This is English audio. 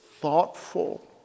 thoughtful